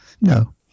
no